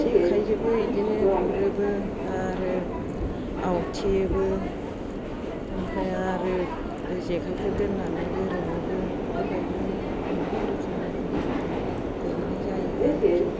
जेखाइजोंबो बिदिनो गुरोबो आरो आवथेयोबो ओमफ्राय आरो जेखायखौ दोननानै गोरोमोबो बेफोरबायदिनो अनेक रोखोम रोखोमनि गुरनाय जायो आरोखि